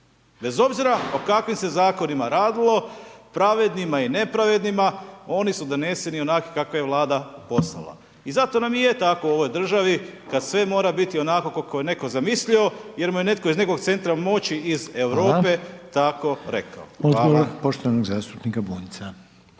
bez obzira o kakvim se zakonima radilo. Pravednima i nepravednima oni su doneseni onakvi kakve je Vlada poslala. I zato nam i je tako u ovoj državi kada sve mora biti onako kako je netko zamislio jer mu je netko iz nekog centra moći iz Europe tako rekao. **Reiner, Željko (HDZ)** Hvala. Odgovor poštovanog zastupnika Bunjca.